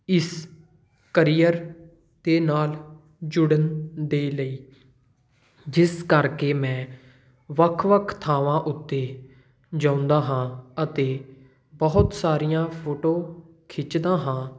ਇਸ ਕਰੀਅਰ ਦੇ ਨਾਲ ਜੁੜਨ ਦੇ ਲਈ ਜਿਸ ਕਰਕੇ ਮੈਂ ਵੱਖ ਵੱਖ ਥਾਵਾਂ ਉੱਤੇ ਜਾਂਦਾ ਹਾਂ ਅਤੇ ਬਹੁਤ ਸਾਰੀਆਂ ਫੋਟੋ ਖਿੱਚਦਾ ਹਾਂ